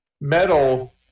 metal